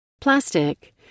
Plastic